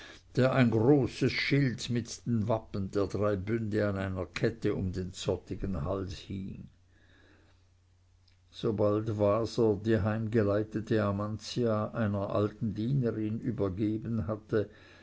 der ein großes schild mit den wappen der drei bünde an einer kette um den zottigen hals hing sobald waser die heimgeleitete amantia einer alten dienerin übergeben hatte